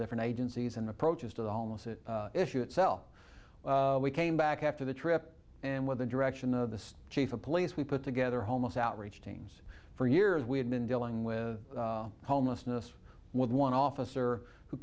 different agencies and approaches to the homeless issue itself we came back after the trip and with the direction of the chief of police we put together homo south reach teams for years we had been dealing with homelessness with one officer who